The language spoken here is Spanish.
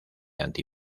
anti